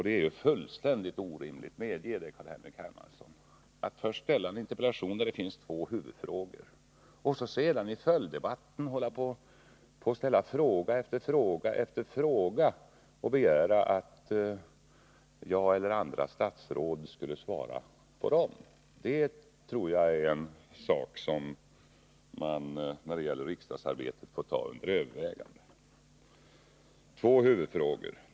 Det är fullständigt orimligt - medge det Carl-Henrik Hermansson -— att först ställa en interpellation där det finns två huvudfrågor och sedan, i följddebatten, ställa fråga efter fråga och begära att jag eller andra statsråd skall svara på dem. Det tror jag är en sak i riksdagsarbetet som får tas under övervägande. Två huvudfrågor ställdes.